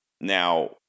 Now